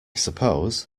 suppose